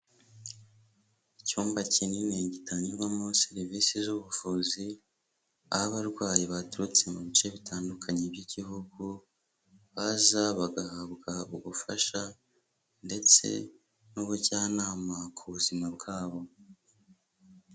Icyumba kinini gitangirwarwamo serivisi z'ubuvuzi, aho abarwayi baturutse mu bice bitandukanye by'igihugu, baza bagahabwa ubufasha ndetse n'ubujyanama ku buzima bwabo.